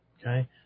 Okay